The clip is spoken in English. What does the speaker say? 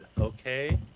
okay